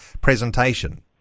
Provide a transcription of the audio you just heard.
presentation